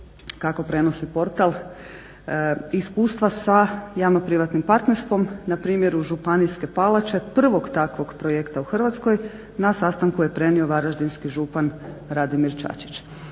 kako prenosi portal iskustva sa javno-privatnim partnerstvom na primjeru Županijske palače, prvog takvog projekta u Hrvatskoj, na sastanku je prenio varaždinski župan Radimir Čačić.